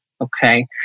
Okay